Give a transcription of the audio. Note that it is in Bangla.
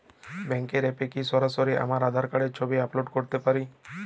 ব্যাংকের অ্যাপ এ কি সরাসরি আমার আঁধার কার্ডের ছবি আপলোড করতে পারি?